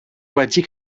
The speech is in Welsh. wedi